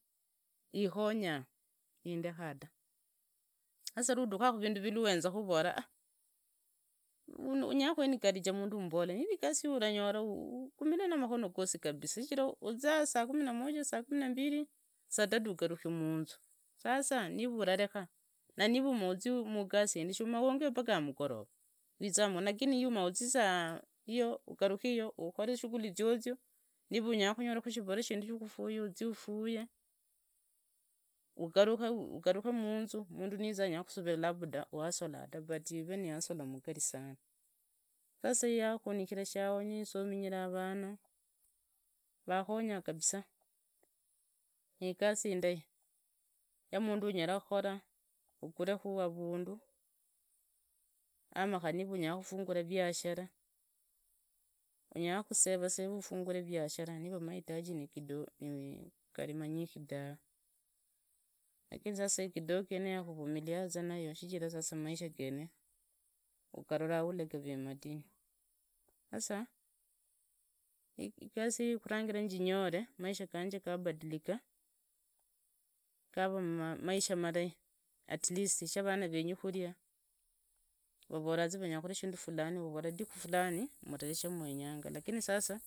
Inyonya indekha da, sasa rwa uduka kuvindu vila uhenzako ovara a, unyakuenivurage mundu ummbole niva igasi iye uranyora ugumiri namakono gosi kabisa shijira uziza saa kumi na moja, saa kumi na mbili, saa tatu ugarukia munzu. sasa niva urareka, na niva muzie mugasi yinde si mohongehe paka amugorova wizamu. Lakini iyi muzie saa hio, ugarukiyo ukore zishughuli zizio, niva unyonyakhuroka shibarua shinde shukufuya uzie ufuye. Uguruki munzu, mundu nizia anyakhusavira labda uhustler doa but ive ni hustler mugeri sana. Sasa yakunikiria ichahonyo, esominyira vana, vakonya kabisa, nigasi indahi, ya mundu anyakukora, uguriki avundu, ama kari niva unyakhufungura iyashara, unyakusera sera ufungiri ivyashara niva amahitaji ni kidogo, gari monyinye dave. Lakini sasa igasi kidogo eyo niyo yakuvumiliaza nayo shijira sasa amaisha gene uganjira uhula gave madinyu. Sasa igasi iye kutarijira nyinyore maisha ganje gabadilika, gava maisha marahi, atleast shavana venyi kuria, vavuraza venya kuria kindu fulani, uvavola lidiku fulani mlalya shamwenyanga shosi shamenyanga mandiraku nizinguru shijira mamboza nimanyi mugomba wasanji niva wasanji niva avava navuraho ninyore ndinu sasa, lazima ngangane shijira already kwa ivura van, na vana venava venye kusoma, venya kuria vena. venavo vavivukanga viza vamanye hai, lazima wibanye mmaisha kari niva unyora siringi mia mbili lazima wibange umanje uvikuku kari niva ni hamsini utumikiriku mia na vivuri. saa zingine labda iwe ndi muhindi wenyu genya okonyene. labda vakovala fulani asomanga. genyekhana udileku kushindu kari niva ni kidogo, udira ka, si ati avoreza sijuu ati fulani oh a a, udire ku kari nira ni kidogo.